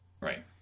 Right